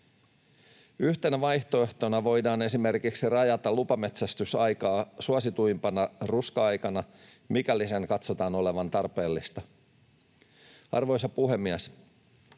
Yhtenä vaihtoehtona voidaan esimerkiksi rajata lupametsästysaikaa suosituimpana ruska-aikana, mikäli sen katsotaan olevan tarpeellista. Arvoisa puhemies!